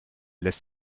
lässt